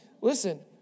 listen